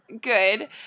Good